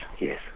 yes